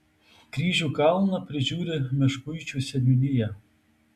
kryžių kalną prižiūri meškuičių seniūnija